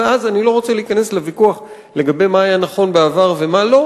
ואני לא רוצה להיכנס לוויכוח לגבי מה היה נכון בעבר ומה לא,